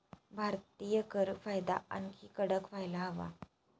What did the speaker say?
भारतीय कर कायदा आणखी कडक व्हायला हवा